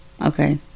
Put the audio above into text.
Okay